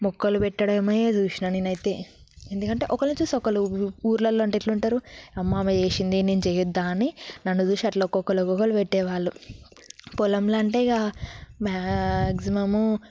మొక్కలు పెట్టడమే చూసాను నేనైతే ఎందుకంటే ఒకరిని చూసి ఒకరు ఊర్లలో అంటే ఎలా ఉంటారు అమ్మ ఆమె చేసింది నేను చెయ్యొద్దా అని నన్ను చూసి అలా ఒక్కొక్కరు ఒక్కొక్కరు పెట్టేవాళ్ళు పొలంలో అంటే ఇక మాక్సిమము